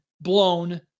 blown